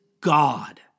God